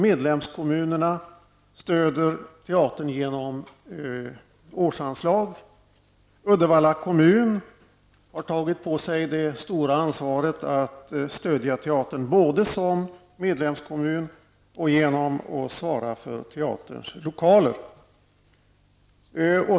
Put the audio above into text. Medlemskommunerna stödjer teatern genom årsanslag. Uddevalla kommun har tagit på sig det stora ansvaret att stödja teatern, såväl i egenskap av medlemskommun som genom att svara för teaterns lokaler.